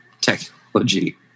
technology